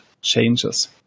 changes